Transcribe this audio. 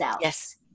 Yes